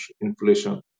inflation